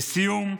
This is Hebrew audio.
לסיום,